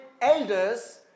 elders